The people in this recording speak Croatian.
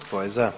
Tko je za?